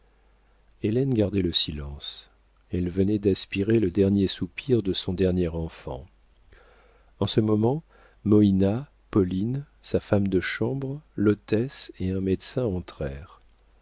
hélène gardait le silence elle venait d'aspirer le dernier soupir de son dernier enfant en ce moment moïna pauline sa femme de chambre l'hôtesse et un médecin entrèrent